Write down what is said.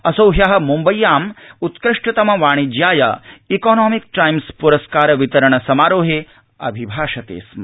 असौ ह्यः म्म्बष्याम् उत्कृष्टतम वाणिज्याय इकॉनॉमिक् टाइम्स् प्रस्कार वितरण समारोहे अभिभाषते स्म